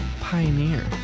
Pioneer